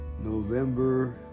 November